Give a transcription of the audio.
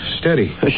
steady